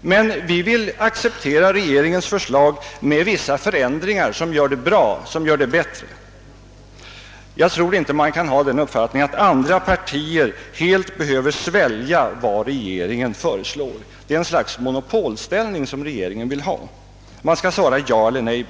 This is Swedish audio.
Vi vill emellertid acceptera regeringens förslag med vissa förändringar som gör det bättre. Jag tror inte man skall ha den uppfattningen, att andra partier helt behöver svälja vad regeringen föreslår. Det är ett slags monopolställning som regeringen vill ha. Man skall bara svara ja eller nej.